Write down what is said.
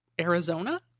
arizona